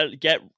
get